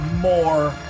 more